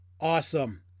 awesome